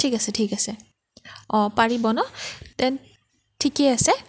ঠিক আছে ঠিক আছে অঁ পাৰিব ন দেন ঠিকেই আছে